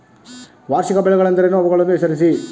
ವಾರ್ಷಿಕ ಬೆಳೆಗಳೆಂದರೇನು? ಅವುಗಳನ್ನು ಹೆಸರಿಸಿ?